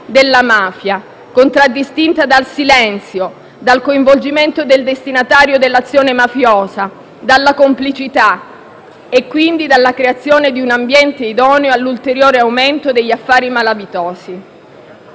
della mafia, contraddistinta dal silenzio, dal coinvolgimento del destinatario dell'azione mafiosa, dalla complicità e quindi dalla creazione di un ambiente idoneo all'ulteriore aumento degli affari malavitosi.